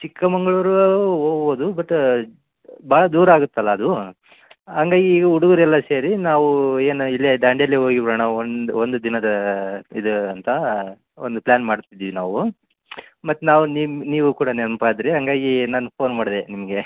ಚಿಕ್ಕಮಗಳೂರು ಹೋಬೋದು ಬಟ್ ಭಾಳ ದೂರ ಆಗುತ್ತಲ್ಲ ಅದು ಹಂಗಾಯಿ ಈಗ ಹುಡುಗ್ರ್ ಎಲ್ಲ ಸೇರಿ ನಾವು ಏನು ಇಲ್ಲೆ ದಾಂಡೇಲಿ ಹೋಗಿ ಬರೋಣ ಒಂದು ಒಂದು ದಿನದ ಇದು ಅಂತ ಒಂದು ಪ್ಲ್ಯಾನ್ ಮಾಡ್ತಿದ್ದೀವಿ ನಾವು ಮತ್ತೆ ನಾವು ನಿಮ್ಮ ನೀವು ಕೂಡ ನೆನ್ಪು ಆದಿರಿ ಹಂಗಾಗಿ ನಾನು ಫೋನ್ ಮಾಡಿದೆ ನಿಮಗೆ